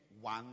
one